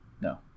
No